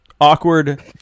awkward